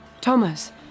Thomas